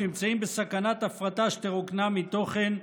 שנמצאים בסכנת הפרטה שתרוקנם מתוכן,